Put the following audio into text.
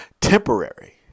temporary